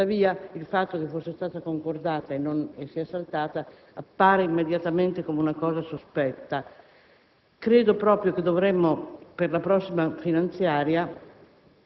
Tuttavia il fatto che fosse stato concordato e sia saltato appare immediatamente come un qualcosa di sospetto. Credo proprio che dovremmo, per la prossima finanziaria,